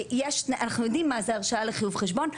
אנחנו יודעים מה זה הרשאה לחיוב חשבון,